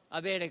per avere